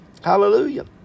Hallelujah